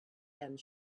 and